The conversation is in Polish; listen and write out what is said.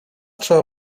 trzeba